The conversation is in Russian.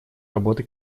работы